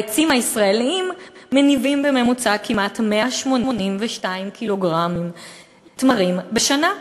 העצים הישראליים מניבים בממוצע כמעט 182 קילוגרם תמרים בשנה.